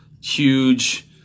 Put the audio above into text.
huge